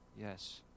Yes